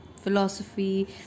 philosophy